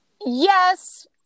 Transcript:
Yes